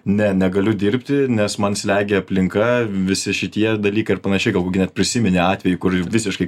ne negaliu dirbti nes man slegia aplinka visi šitie dalykai ir panašiai galbūt net prisimeni atvejį kur visiškai